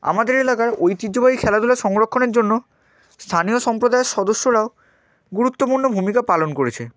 আমাদের এলাকার ঐতিহ্যবাহী খেলাধুলা সংরক্ষণের জন্য স্থানীয় সম্প্রদায়ের সদস্যরাও গুরুত্বপূর্ণ ভূমিকা পালন করেছে